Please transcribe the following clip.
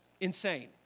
insane